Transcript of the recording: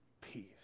peace